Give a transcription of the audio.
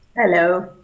hello.